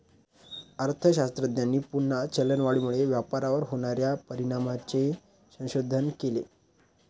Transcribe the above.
अर्थशास्त्रज्ञांनी पुन्हा चलनवाढीमुळे व्यापारावर होणार्या परिणामांचे संशोधन केले